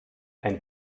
ein